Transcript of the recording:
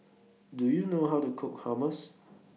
Do YOU know How to Cook Hummus